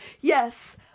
Yes